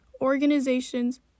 organizations